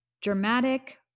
dramatic